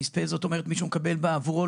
זאת אומרת שמישהו מקבל בעבורו.